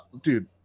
dude